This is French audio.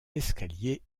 escalier